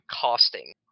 costing